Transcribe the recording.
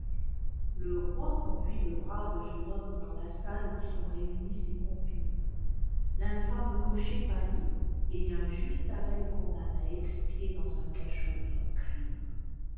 le roi conduit le brave jeune homme dans ia salle où sont réunis ses convives l'infâme cocher pâlit et un juste arrêt le condamne à expier dans un cachot son crime